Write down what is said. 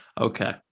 Okay